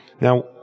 Now